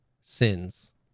sins